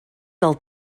del